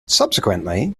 subsequently